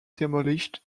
demolished